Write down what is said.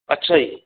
ਅੱਛਾ ਜੀ